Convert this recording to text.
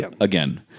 again